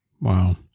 Wow